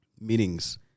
meetings